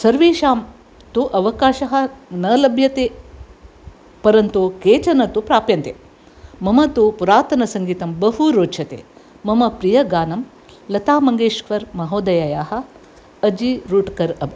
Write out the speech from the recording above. सर्वेषां तु अवकाशः न लभ्यते परन्तु केचन तु प्राप्यन्ते मम तु पुरातनसङ्गीतं बहुरोचते मम प्रियगानं लतामङ्गेश्वर्महोदयायाः अजि रुट् कर् अब्